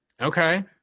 Okay